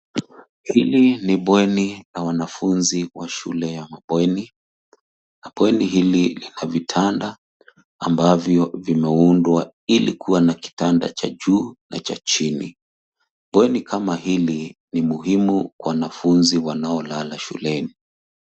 Hili ni bweni la wanafunzi wa shule ya mabweni. Bweni hili lina vitanda ambavyo vimeundwa ili kua na kitanda cha juu na cha chini. Bweni kama hili ni muhimu kwa wanafunzi wanaolala shuleni.